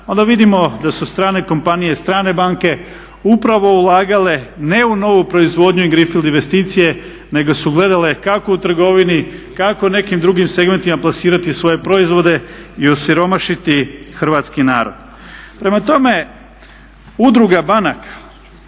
onda vidimo da su strane kompanije, strane banke upravo ulagale ne u novu proizvodnju i greenfield investicije nego su gledale kako u trgovini, kako u nekim drugim segmentima plasirati svoje proizvode i osiromašiti hrvatski narod. Prema tome udruga banaka